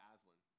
Aslan